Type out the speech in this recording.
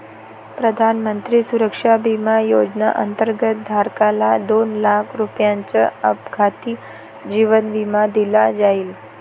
प्रधानमंत्री सुरक्षा विमा योजनेअंतर्गत, धारकाला दोन लाख रुपयांचा अपघाती जीवन विमा दिला जाईल